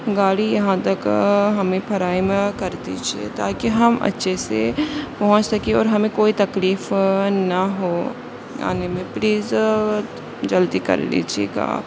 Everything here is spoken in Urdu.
گاڑی یہاں تک ہمیں فراہم کر دیجیے تاکہ ہم اچھے سے پہنچ سکے اور ہمیں کوئی تکلیف نہ ہو آنے میں پلیز جلدی کر لیجیے گا آپ